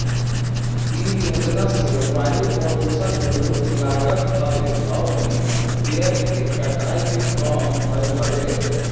इ योजना से वायु प्रदुषण पे रोक लागत हवे अउरी पेड़ के कटाई भी कम भइल हवे